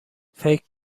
فکر